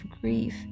grief